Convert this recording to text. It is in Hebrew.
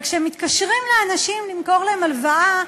כשמתקשרים לאנשים למכור להם הלוואה,